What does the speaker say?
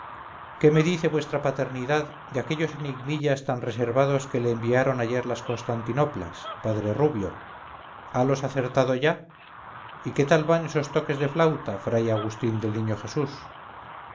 qué me dice vuestra paternidad de aquellos enigmillas tan reservados que le enviaron ayer las constantinoplas padre rubio halos acertado ya y qué tal van esos toques de flauta fray agustín del niño jesús